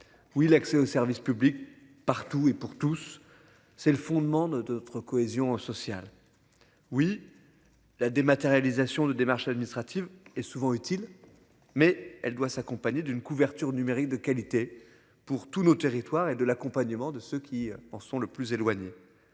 Oui, l'accès au service public partout et pour tous. C'est le fondement de, de notre cohésion sociale. Oui. La dématérialisation de démarches administratives et souvent utile, mais elle doit s'accompagner d'une couverture numérique de qualité pour tous nos territoires et de l'accompagnement de ceux qui en sont le plus éloignés.